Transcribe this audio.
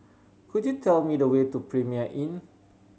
could you tell me the way to Premier Inn